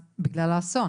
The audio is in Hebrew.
בגלל האסון.